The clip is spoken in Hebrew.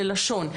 ללשון,